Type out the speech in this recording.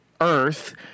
Earth